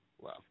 wow